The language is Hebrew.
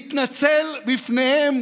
להתנצל בפניהם